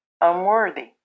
unworthy